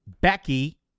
Becky